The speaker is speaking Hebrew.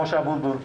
משה אבוטבול.